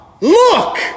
look